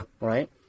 right